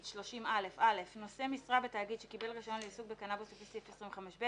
30א. (א)נושא משרה בתאגיד שקיבל רישיון לעיסוק בקנבוס לפי סעיף 25ב